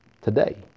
today